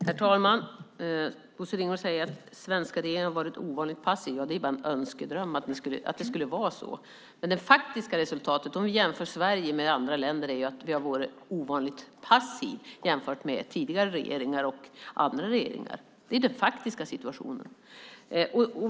Fru talman! Bosse Ringholm säger att den svenska regeringen har varit ovanligt passiv. Det är bara Bosse Ringholms önskedröm att det skulle vara så. Det faktiska resultatet är att vi har varit ovanligt aktiva jämfört med tidigare regeringar och andra regeringar. Det är den faktiska situationen.